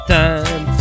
time